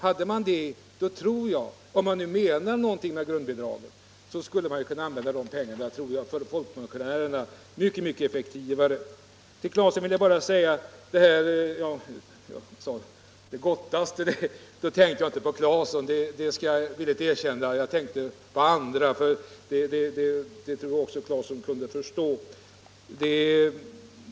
Menar man något med grundbidraget skulle man kunna använda de pengarna mycket effektivare för folkpensionärerna. När jag talade om det ”gottaste” tänkte jag inte på herr Claeson, det skall jag villigt erkänna, utan jag tänkte på andra, och det tror jag också att herr Claeson kunde förstå.